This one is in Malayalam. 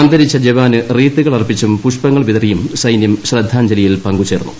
അന്തരിച്ച ജവാന് റീത്തുകൾ അർപ്പിച്ചും പുഷ്പങ്ങൾ വിതറിയും സൈന്യം ശ്രദ്ധാഞ്ജലിയിൽ പങ്കു ചേർന്നു